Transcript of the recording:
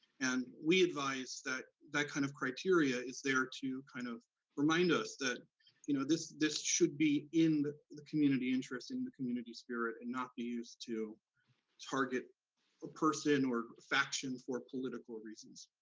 and we advise that that kind of criteria is there to kind of remind us that you know this this should be in the the community interest, in the community spirit, and not be used to target a person or faction for political reasons.